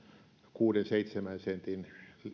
kuuden viiva seitsemän sentin